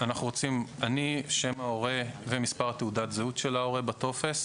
אנחנו רוצים: אני שם ההורה ומספר תעודת הזהות של ההורה בטופס,